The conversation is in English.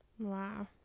wow